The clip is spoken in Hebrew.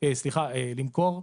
למכור.